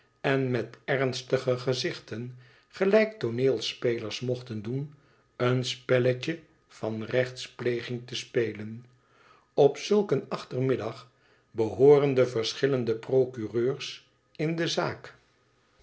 en met ernstige gezichten gelijk tooneelspelers mochten doen een spelletje van rechtspleging te spelen op zulk een achtermiddag behooren de verschillende procureurs in de zaak